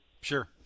Sure